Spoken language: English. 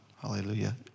Hallelujah